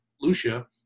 Lucia